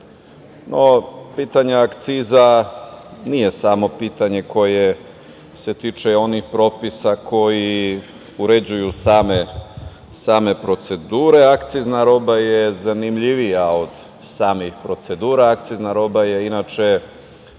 No, pitanja akciza nije samo pitanje koje se tiče onih propisa koji uređuju same procedure. Akcizna roba je zanimljivija od samih procedura. Akcizna roba je uvek